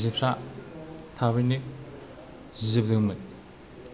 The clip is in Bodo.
जिफ्रा थाबैनो जिजोबदोंमोन